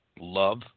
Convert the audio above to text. love